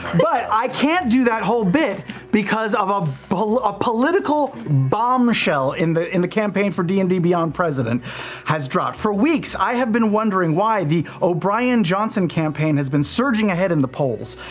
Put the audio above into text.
but i can't do that whole bit because of ah but a political bombshell in the in the campaign for d and d beyond president has dropped. for weeks i have been wondering why the o'brien-johnson campaign has been surging ahead in the polls.